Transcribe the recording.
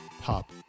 pop